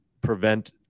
prevent